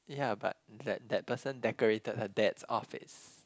yeah but that that person decorated her dad's office